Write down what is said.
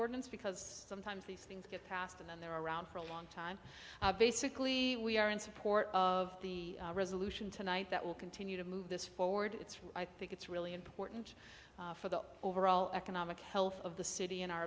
ordinance because sometimes these things get passed and then they're around for a long time basically we are in support of the resolution tonight that will continue to move this forward it's i think it's really important for the overall economic health of the city in our